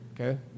Okay